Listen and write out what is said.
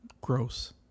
Gross